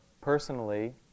personally